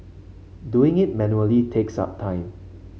doing it manually takes up time